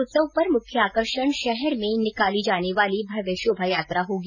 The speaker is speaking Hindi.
उत्सव का मुख्य आकर्षण शहर में निकाली जाने वाली भव्य शोभायात्रा होगी